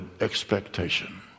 expectation